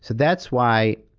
that's why